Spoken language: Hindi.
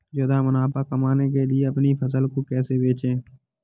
ज्यादा मुनाफा कमाने के लिए अपनी फसल को कैसे बेचें?